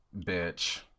bitch